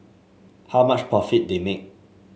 how much profit they make